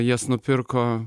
jas nupirko